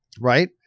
right